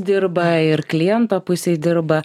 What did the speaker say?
dirba ir kliento pusėj dirba